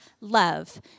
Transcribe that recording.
love